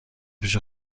پیش